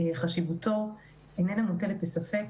שחשיבותו איננה מוטלת בספק.